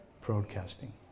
broadcasting